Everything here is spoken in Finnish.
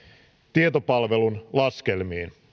tietopalvelun laskelmiin